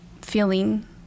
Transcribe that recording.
feeling